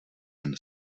jen